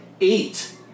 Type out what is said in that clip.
Eight